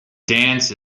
dance